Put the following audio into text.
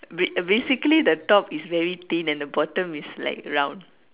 ba~ basically the top is very thin and then the bottom is like round